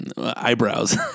eyebrows